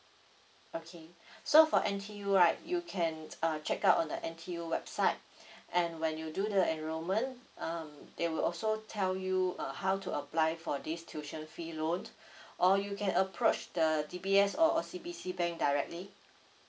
okay so for N_T_U right you can uh check out on the N_T_U website and when you do the enrolment um they will also tell you uh how to apply for this tuition fee loan or you can approach the D_B_S or O_C_B_C bank directly